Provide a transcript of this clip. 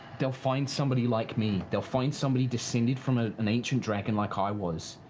they'll find somebody like me. they'll find somebody descended from an an ancient dragon like i was.